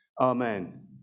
Amen